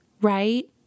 right